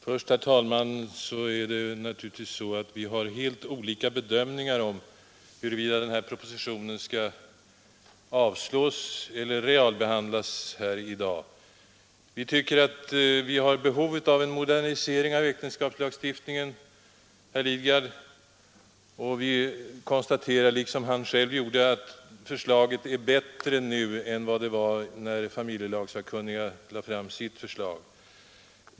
Herr talman! Jag vill till att börja med säga till herr Lidgard att vi naturligtvis har helt olika bedömningar av huruvida denna proposition skall avslås eller realbehandlas här i dag. Vi inom majoriteten tycker att det finns klart behov av en modernisering av äktenskapslagstiftningen och vi konstaterar liksom herr Lidgard själv gjorde att det nu föreliggande förslaget är bättre än det som familjelagsakkunniga lade fram.